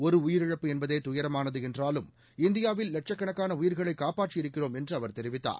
ஒரு உயிரிழப்பு என்பதே துயரமானது என்றாலும் இந்தியாவில் லட்சக்கணக்கான உயிர்களை காப்பாற்றியிருக்கிறோம் என்று அவர் தெரிவித்தார்